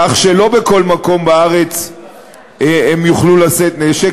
כך שלא בכל מקום בארץ הם יוכלו לשאת נשק,